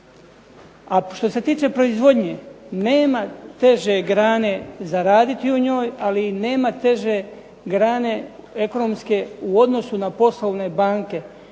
A što se tiče proizvodnje, nema teže grane za raditi u njoj ali nema teže grane ekonomske u odnosu na poslovne banke.